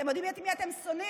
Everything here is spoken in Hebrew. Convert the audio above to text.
אתם יודעים את מי אתם שונאים?